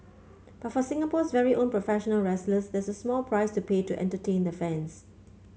but for Singapore's very own professional wrestlers that's a small price to pay to entertain the fans